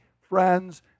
friends